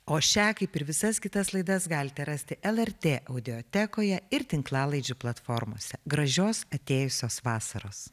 o šią kaip ir visas kitas laidas galite rasti lrt audiotekoje ir tinklalaidžių platformose gražios atėjusios vasaros